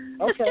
Okay